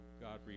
God